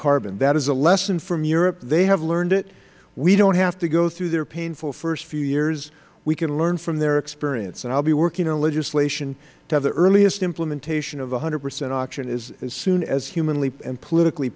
carbon that is a lesson from europe they have learned it we don't have to go through their painful first few years we can learn from their experience i will be working on legislation to have the earliest implementation of one hundred percent oxygen as soon as humanly and politically